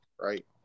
right